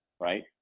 right